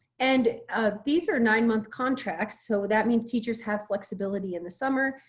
and these are nine month contracts. so that means teachers have flexibility in the summer.